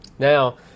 Now